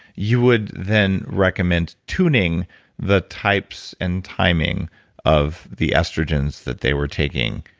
you would then recommend tuning the types and timing of the estrogens that they were taking